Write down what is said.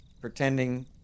pretending